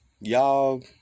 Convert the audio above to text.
y'all